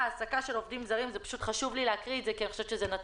"העסקה של עובדים זרים חשוב לי לקרוא את זה כי אני